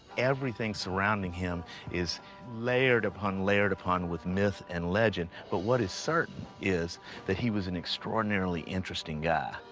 everything surrounding him is layered upon layered upon with myth and legend. but what is certain is that he was an extraordinarily interesting guy.